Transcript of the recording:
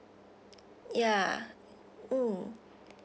ya mm